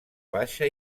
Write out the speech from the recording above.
baixa